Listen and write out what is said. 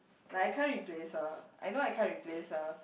like I can't replace her I know I can't replace her